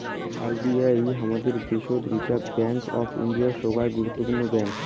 RBI হামাদের দ্যাশোত Reserve Bank of India, সোগায় গুরুত্বপূর্ণ ব্যাঙ্ক